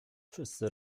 wszyscy